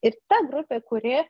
ir kita grupė kuri